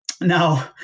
Now